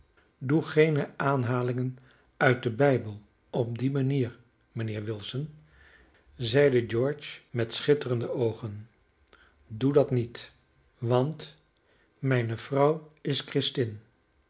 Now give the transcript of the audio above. doe geene aanhalingen uit den bijbel op die manier mijnheer wilson zeide george met schitterende oogen doe dat niet want mijne vrouw is christin